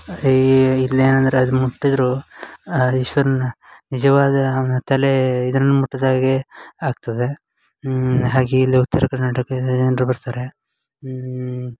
ಈ ಈ ಇಲ್ಲೇನು ಅಂದ್ರೆ ಅದು ಮುಟ್ಟಿದ್ರೆ ಈಶ್ವರನ ನಿಜವಾದ ಅವನ ತಲೆ ಇದನ್ನು ಮುಟ್ಟಿದಾಗೇ ಆಗ್ತದೆ ಹಾಗೆ ಇಲ್ಲಿ ಉತ್ತರ ಕರ್ನಾಟಕದ ಜನರು ಬರ್ತಾರೆ ಹ್ಞೂ